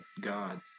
God